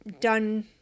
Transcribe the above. done